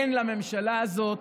אין לממשלה הזאת